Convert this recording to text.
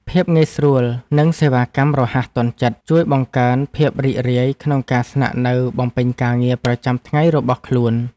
ភាពងាយស្រួលនិងសេវាកម្មរហ័សទាន់ចិត្តជួយបង្កើនភាពរីករាយក្នុងការស្នាក់នៅបំពេញការងារប្រចាំថ្ងៃរបស់ខ្លួន។